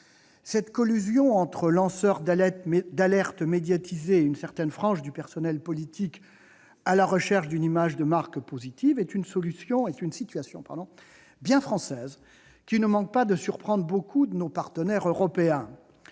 Cette collusion entre lanceurs d'alerte médiatisés et une certaine frange du personnel politique à la recherche d'une image de marque positive est une situation bien française, qui ne manque pas de surprendre beaucoup de nos partenaires européens.